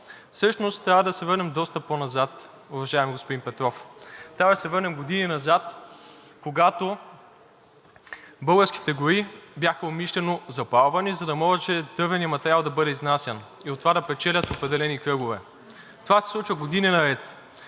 Всъщност трябва да се върнем доста по-назад, уважаеми господин Петров. Трябва да се върнем години назад, когато българските гори бяха умишлено запалвани, за да може дървеният материал да бъде изнасян и от това да печелят определени кръгове. Това се случва години наред.